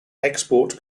export